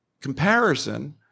comparison –